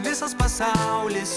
visas pasaulis